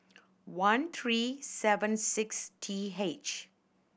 one three seven six T H